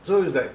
so it's like